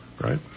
right